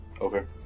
Okay